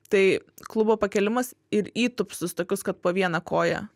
tai klubo pakėlimas ir įtūpstus tokius kad po vieną koją